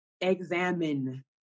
examine